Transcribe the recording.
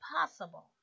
possible